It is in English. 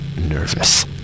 nervous